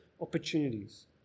opportunities